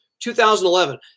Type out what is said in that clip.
2011